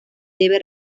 debe